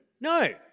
No